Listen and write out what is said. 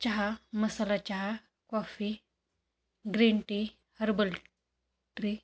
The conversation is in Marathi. चहा मसाला चहा coffee green tea herbal tree